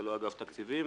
ולא אגף תקציבים,